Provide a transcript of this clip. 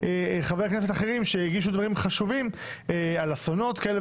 חברי כנסת אחרים שהגישו דברים חשובים על אסונות כאלה